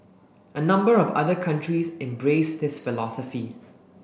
a number of other countries embrace this philosophy